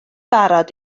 barod